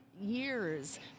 years